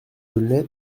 d’aulnay